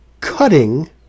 cutting